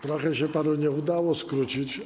Trochę się panu nie udało skrócić.